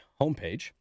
homepage